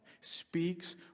speaks